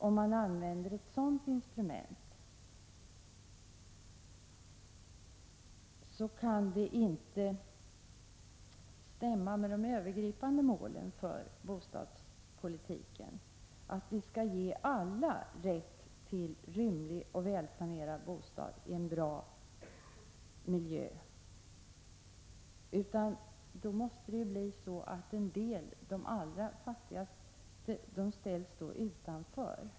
Om man använder ett sådant instrument stämmer det inte med de övergripande målen för bostadspolitiken, dvs. att vi skall ge alla rätt till en rymlig och välplanerad bostad i en bra miljö. Då måste följden bli att de allra fattigaste ställs utanför.